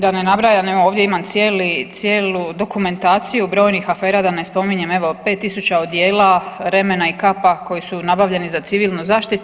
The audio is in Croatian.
Da ne nabrajam, evo ovdje imam cijelu dokumentaciju brojnih afera, da ne spominjem evo 5.000 odijela, remena i kapa koji su nabavljeni za civilnu zaštitu.